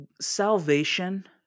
Salvation